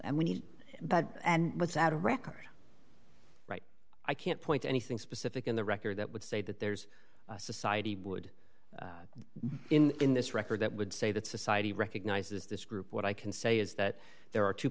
and we need but without a record right i can't point to anything specific in the record that would say that there's a society would in this record that would say that society recognizes this group what i can say is that there are two